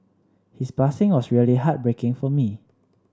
his passing was really heartbreaking for me